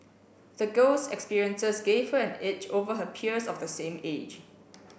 the girl's experiences gave her an edge over her peers of the same age